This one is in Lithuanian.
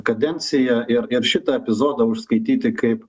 kadenciją ir ir šitą epizodą užskaityti kaip